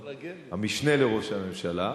המשנה לראש הממשלה.